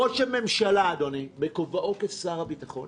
ראש הממשלה, אדוני, בכובעו כשר הביטחון